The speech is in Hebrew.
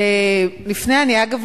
אגב,